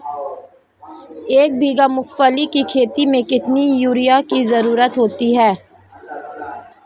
एक बीघा मूंगफली की खेती में कितनी यूरिया की ज़रुरत होती है?